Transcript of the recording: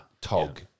tog